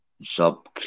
job